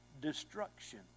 destruction